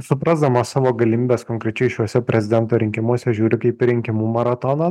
suprasdamas savo galimybes konkrečiai šiuose prezidento rinkimuose žiūri kaip rinkimų maratoną